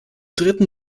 dritten